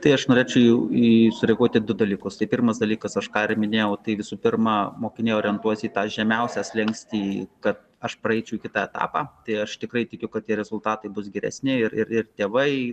tai aš norėčiau į streikuoti du dalykus tai pirmas dalykas aš karminė o tai visų pirma mokiniai orientuoti į tą žemiausią slenkstį kad aš praeičiau kitą etapą tai aš tikrai tikiu kad rezultatai bus geresni ir ir tėvai